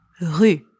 rue